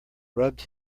rubbed